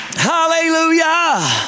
hallelujah